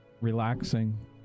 relaxing